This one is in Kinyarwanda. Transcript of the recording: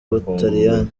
butaliyani